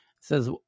says